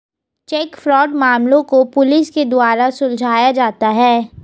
check fraud मामलों को police के द्वारा सुलझाया जाता है